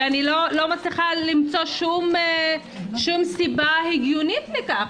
ואני לא מצליחה למצוא שום סיבה הגיונית לכך.